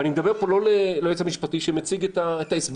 אני מדבר פה לא ליועץ המשפטי שמציג את ההסבר.